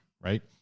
right